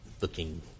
looking